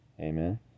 Amen